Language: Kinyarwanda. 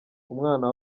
umwana